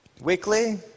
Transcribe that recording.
weekly